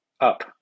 up